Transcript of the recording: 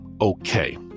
Okay